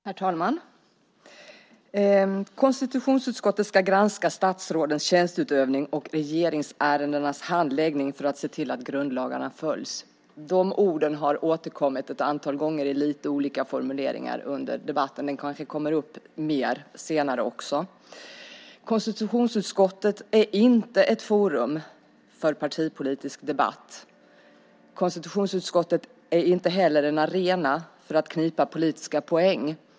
Herr talman! Konstitutionsutskottet ska granska statsrådens tjänsteutövning och regeringsärendenas handläggning för att se till att grundlagarna följs. De orden har återkommit ett antal gånger med lite olika formuleringar under debatten. De kanske kommer igen senare också. Konstitutionsutskottet är inte ett forum för partipolitisk debatt. Konstitutionsutskottet är inte heller en arena för att knipa politiska poäng.